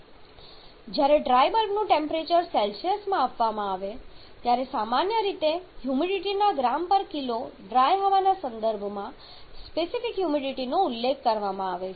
તેથી જ્યારે ડ્રાય બલ્બનું ટેમ્પરેચર સેલ્સિયસમાં આપવામાં આવે છે ત્યારે સામાન્ય રીતે હ્યુમિડિટીના ગ્રામકિલો ડ્રાય હવાના સંદર્ભમાં સ્પેસિફિક હ્યુમિડિટીનો ઉલ્લેખ કરવામાં આવે છે